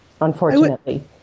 unfortunately